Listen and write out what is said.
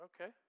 Okay